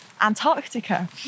Antarctica